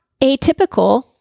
atypical